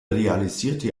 realisierte